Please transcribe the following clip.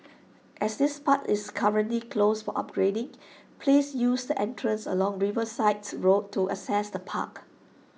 as this part is currently closed for upgrading please use the entrances along Riversides road to access the park